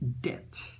debt